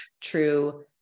true